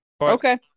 Okay